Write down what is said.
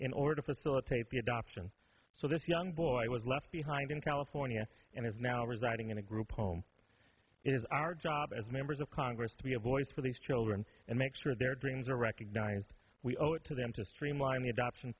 in order to facilitate the adoption so this young boy was left behind in california and is now residing in a group home it is our job as members of congress to be a voice for these children and make sure their dreams are recognized we owe it to them to streamline the adoption